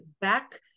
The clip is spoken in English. back